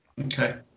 Okay